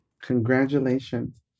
Congratulations